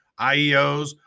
IEOs